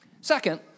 Second